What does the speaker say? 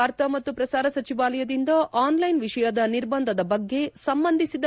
ವಾರ್ತಾ ಮತ್ತು ಪ್ರಸಾರ ಸಚಿವಾಲಯದಿಂದ ಆನ್ಲೈನ್ ವಿಷಯದ ನಿರ್ಬಂಧದ ಬಗ್ಗೆ ಸಂಬಂಧಿಸಿದ